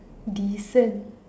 decent